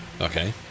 Okay